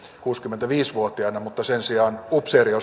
kuusikymmentäviisi vuotiaina mutta sen sijaan upseerien